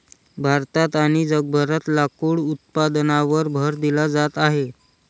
भारतात आणि जगभरात लाकूड उत्पादनावर भर दिला जात आहे